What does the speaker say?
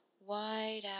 wide